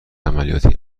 عملیاتی